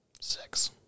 Six